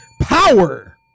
Power